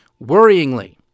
Worryingly